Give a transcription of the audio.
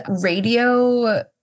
radio